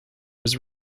was